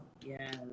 Yes